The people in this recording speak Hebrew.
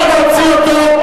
להוציא אותו.